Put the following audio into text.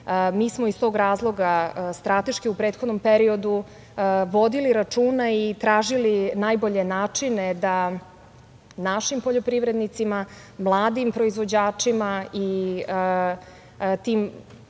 Mi smo iz tog razloga strateški u prethodnom periodu vodili računa i tražili najbolje načine da našim poljoprivrednicima, mladim proizvođačima i tim